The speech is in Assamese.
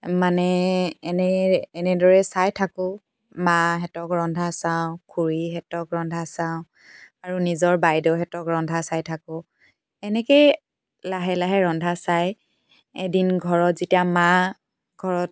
মানে এনেই এনেদৰে চাই থাকোঁ মাহঁতক ৰন্ধা চাওঁ খুৰীহঁতক ৰন্ধা চাওঁ আৰু নিজৰ বাইদেউহঁতক ৰন্ধা চাই থাকোঁ এনেকৈয়ে লাহে লাহে ৰন্ধা চাই এদিন ঘৰত যেতিয়া মা ঘৰত